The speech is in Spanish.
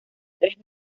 tres